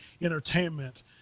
entertainment